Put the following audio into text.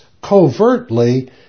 covertly